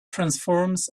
transforms